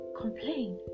complain